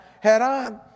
head-on